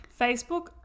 Facebook